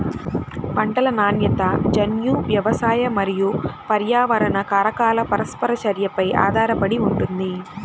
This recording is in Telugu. పంటల నాణ్యత జన్యు, వ్యవసాయ మరియు పర్యావరణ కారకాల పరస్పర చర్యపై ఆధారపడి ఉంటుంది